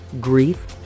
grief